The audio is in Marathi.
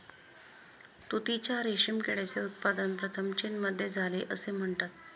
तुतीच्या रेशीम किड्याचे उत्पादन प्रथम चीनमध्ये झाले असे म्हणतात